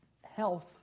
health